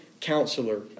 counselor